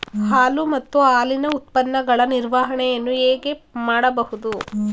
ಹಾಲು ಮತ್ತು ಹಾಲಿನ ಉತ್ಪನ್ನಗಳ ನಿರ್ವಹಣೆಯನ್ನು ಹೇಗೆ ಮಾಡಬಹುದು?